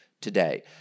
today